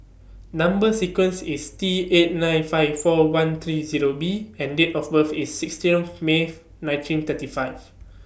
Number sequence IS T eight nine five four one three Zero B and Date of birth IS sixteen May nineteen thirty five